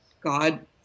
God